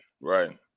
right